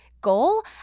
goal